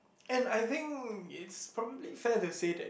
and I think it's probably fair to say that